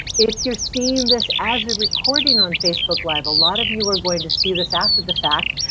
if you're seeing this as a recording on facebook live, a lot of you are going to see this after the fact.